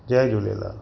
Jay Jhulelal